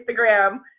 instagram